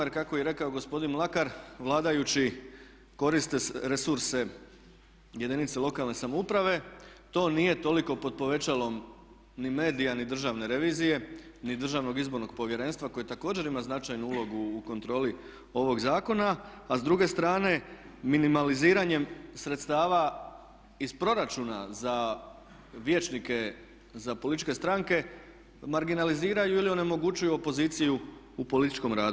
Jer kako je i rekao gospodin Mlakar vladajući koriste resurse jedinice lokalne samouprave, to nije toliko pod povećalom ni medija ni Državne revizije ni Državnog izbornog povjerenstva koje također ima značajnu ulogu u kontroli ovog zakona, a s druge strane minimaliziranjem sredstava iz proračuna za vijećnike za političke stranke marginaliziraju ili onemogućuju opoziciju u političkom radu.